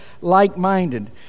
like-minded